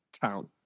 Town